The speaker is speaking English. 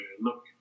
look